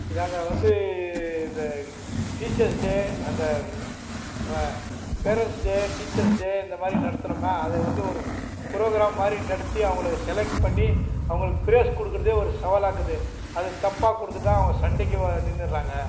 நாங்கள் வந்து இந்த டீச்சர்ஸ் டே அந்த நம்ம பேரெண்ட்ஸ் டே டீச்சர்ஸ் டே இந்த மாதிரி நடத்தினோனா அது வந்து ப்ரோக்ராம் மாதிரி நடத்தி அவங்களை செலக்ட் பண்ணி அவர்களுக்கு ப்ரைஸ் கொடுக்குறதே ஒரு சவாலாக இருக்குது அது தப்பாக கொடுத்துட்டா அவங்க சண்டைக்கு வ நின்றுறாங்க